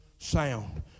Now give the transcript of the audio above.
Sound